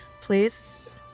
please